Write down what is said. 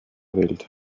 welt